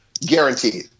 Guaranteed